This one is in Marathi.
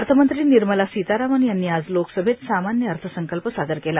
अर्थमंत्री निर्मला सितारामन् यांनी आज लोकसभेत सामान्य अर्थसंकल्प सादर केला